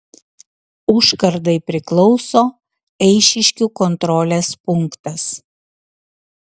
užkardai priklauso eišiškių kontrolės punktas